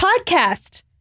podcast